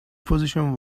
position